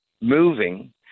moving